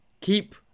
keep